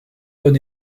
bon